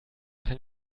kann